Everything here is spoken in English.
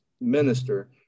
minister